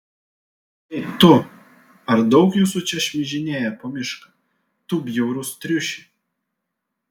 ei tu ar daug jūsų čia šmižinėja po mišką tu bjaurus triuši